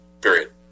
Period